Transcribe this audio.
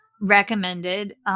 recommended